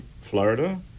Florida